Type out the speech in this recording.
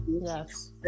yes